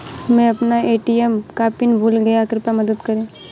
मै अपना ए.टी.एम का पिन भूल गया कृपया मदद करें